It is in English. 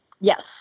Yes